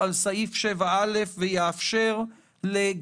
על סדר היום הצעת חוק לתיקון פקודת המשטרה של חבר הכנסת בן גביר.